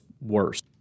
worse